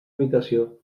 habitació